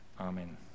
Amen